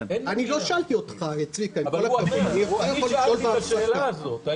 אני שאלתי את השאלה הזאת.